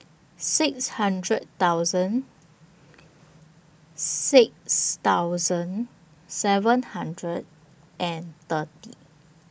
six hundred thousand six thousand seven hundred and thirty